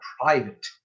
private